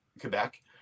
Quebec